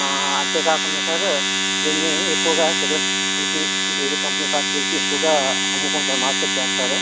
అంతే కాకుండా సార్ దీన్ని ఎక్కువగా సిగరెట్ ఫ్యాక్టరీకి బీడీ కంపెనీ ఫ్యాక్టరీకి ఎక్కువగా అమ్ముకుంటూ మార్కెట్ చేస్తారు